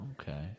okay